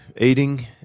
eating